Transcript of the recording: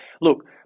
Look